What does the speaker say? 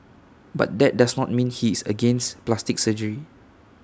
but that does not mean he is against plastic surgery